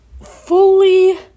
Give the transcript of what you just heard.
fully